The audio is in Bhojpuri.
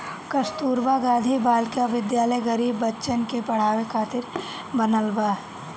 कस्तूरबा गांधी बालिका विद्यालय गरीब बच्चन के पढ़ावे खातिर बनल बा